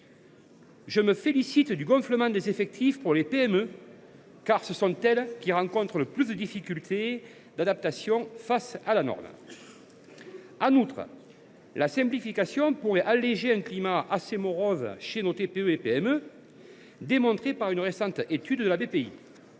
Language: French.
Je me félicite de l’augmentation des effectifs issus des PME, car ce sont elles qui rencontrent le plus de difficultés d’adaptation face à la norme. En outre, la simplification pourrait alléger un climat qui est assez morose dans nos PME et TPE, comme le montre une récente étude de la